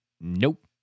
Nope